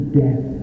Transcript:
death